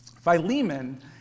Philemon